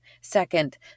Second